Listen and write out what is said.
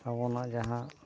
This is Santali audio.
ᱟᱵᱚᱱᱟᱜ ᱡᱟᱦᱟᱸ